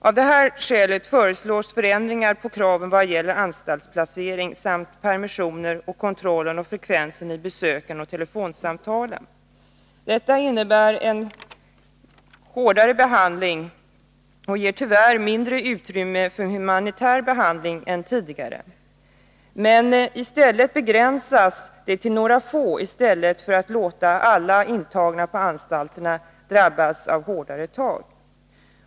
Av detta skäl föreslås förändringar av kraven vad gäller anstaltsplacering samt permissioner, liksom när det gäller kontrollen och frekvensen av besök och telefonsamtal. Detta innebär en hårdare behandling och ger tyvärr mindre utrymme för human behandling än tidigare. Men det begränsas till några få i stället för att man skulle låta alla intagna på anstalterna drabbas av hårdare tag.